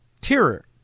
terror